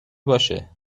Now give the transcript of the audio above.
باشه